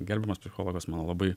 gerbiamas psichologas man labai